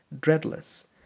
dreadless